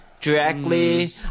directly